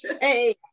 Hey